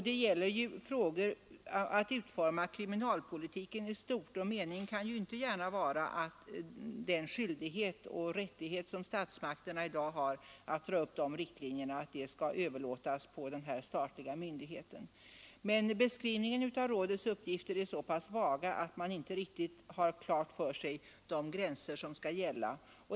Det gäller ju att utforma kriminalpolitiken i stort, och meningen kan inte gärna vara att den skyldighet och rättighet som statsmakterna i dag har att dra upp de riktlinjerna skall överlåtas på en myndighet. Men beskrivningen av rådets uppgifter är så pass vaga att man inte riktigt får klart för sig de gränser som skall gälla.